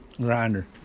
Grinder